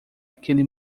aquele